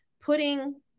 putting